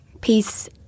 peace